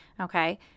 okay